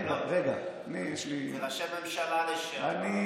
אלה ראשי ממשלה לשעבר,